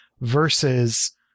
versus